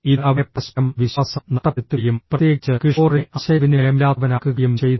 ഇത് അവരെ പരസ്പരം വിശ്വാസം നഷ്ടപ്പെടുത്തുകയും പ്രത്യേകിച്ച് കിഷോറിനെ ആശയവിനിമയമില്ലാത്തവനാക്കുകയും ചെയ്തു